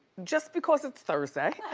just because it's thursday,